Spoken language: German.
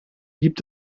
gibt